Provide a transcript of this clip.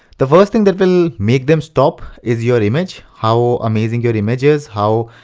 the first thing that will make them stop is your image. how amazing your image is, how